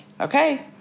okay